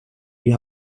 die